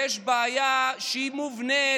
יש בעיה שהיא מובנית,